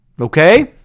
Okay